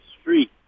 street